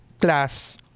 class